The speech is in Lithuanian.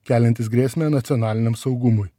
keliantys grėsmę nacionaliniam saugumui